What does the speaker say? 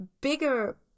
bigger